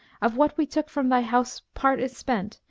of what we took from thy house part is spent,